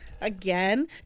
Again